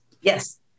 Yes